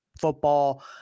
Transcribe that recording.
football